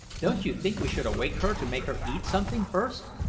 don't you think we should awake her to make her eat something first?